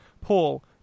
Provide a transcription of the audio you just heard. paul